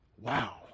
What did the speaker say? wow